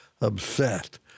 obsessed